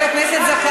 אני בעד.